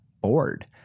bored